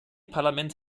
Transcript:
parlament